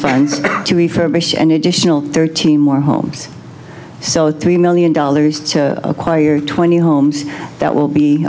to refurbish an additional thirteen more homes so that three million dollars to acquire twenty homes that will be